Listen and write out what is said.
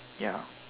ya